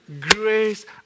Grace